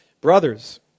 brothers